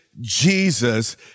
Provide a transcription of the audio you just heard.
Jesus